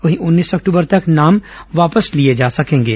वहीं उन्नीस अक्टूबर तक नाम वापस लिए जा सकेंगे